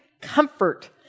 comfort